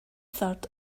third